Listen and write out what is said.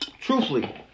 Truthfully